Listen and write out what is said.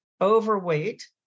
overweight